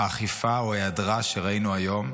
מהאכיפה, או היעדרה, שראינו היום.